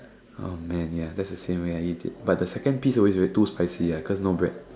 oh man ya that's the same way I eat it but the second piece always too spicy cause no bread